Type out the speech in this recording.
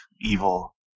evil